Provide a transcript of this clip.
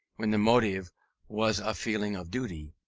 when the motive was a feeling of duty,